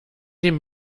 dem